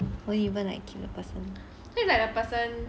won't even like keep the person